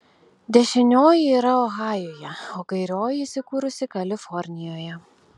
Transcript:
dešinioji yra ohajuje o kairioji įsikūrusi kalifornijoje